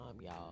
y'all